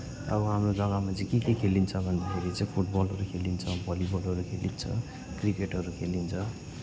अब हाम्रो जग्गामा चाहिँ के के खेलिन्छ भन्दाखेरि चाहिँ फुटबलहरू खेलिन्छ भलिबलहरू खेलिन्छ क्रिकेटहरू खेलिन्छ